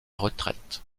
retraite